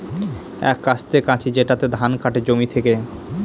এক কাস্তে কাঁচি যেটাতে ধান কাটে জমি থেকে